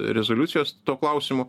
rezoliucijos tuo klausimu